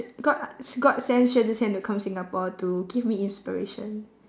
god lah god send xue zhi qian to come singapore to give me inspiration